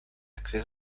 accés